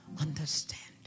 understanding